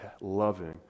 loving